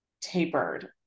tapered